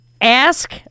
Ask